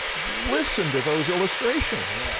listen to those illustrations.